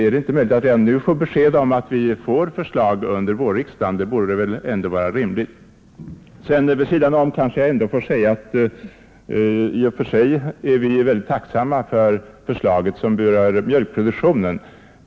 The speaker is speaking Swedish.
Är det inte möjligt att redan nu få besked om att vi kan vänta ett förslag till vårriksdagen? Det borde väl ändå vara rimligt. Inom parentes vill jag också nämna att vi i och för sig är mycket tacksamma för förslaget beträffande mjölkproduktionen.